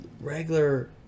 regular